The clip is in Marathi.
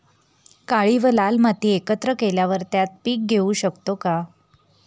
काळी व लाल माती एकत्र केल्यावर त्यात पीक घेऊ शकतो का?